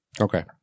Okay